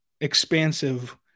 expansive